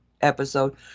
episode